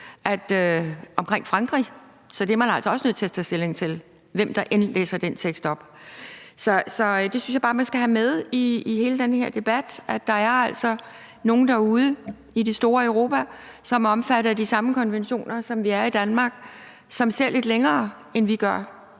om Frankrig, så det er man altså også nødt til at tage stilling til, hvem der end læser den tekst op. Så det synes jeg bare man skal have med i hele den her debat, altså at der er nogle derude i det store Europa, som er omfattet af de samme konventioner, som vi er i Danmark, og som ser lidt længere, end vi gør.